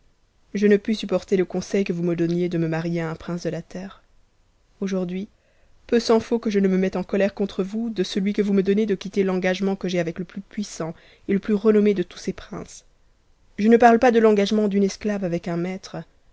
je ne pus supporter le conseil que vous me donniez de ne taarier à un prince de la terre aujourd'hui peu s'en aut que je ne me mette en colère contre vous de celui que vous me donnez de quitter l'engagement que j'ai avec e plus puissant et le plus renommé de tous ses rinces je ne parle pas de l'engagement d'une esclave avec un maître